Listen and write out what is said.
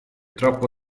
troppo